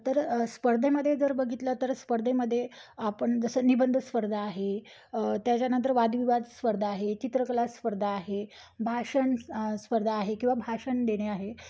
तर स्पर्धेमध्ये जर बघितलं तर स्पर्धेमध्ये आपण जसं निबंध स्पर्धा आहे त्याच्यानंतर वादविवाद स्पर्धा आहे चित्रकला स्पर्धा आहे भाषण स्पर्धा आहे किंवा भाषण देणे आहे